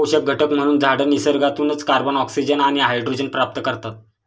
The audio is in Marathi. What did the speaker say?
पोषक घटक म्हणून झाडं निसर्गातूनच कार्बन, ऑक्सिजन आणि हायड्रोजन प्राप्त करतात